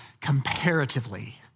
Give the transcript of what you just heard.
comparatively